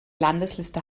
landesliste